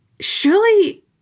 surely